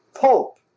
pulp